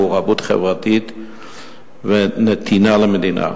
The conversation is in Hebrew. מעורבות חברתית ונתינה למדינה.